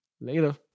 later